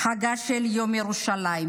חגה של ירושלים,